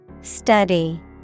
Study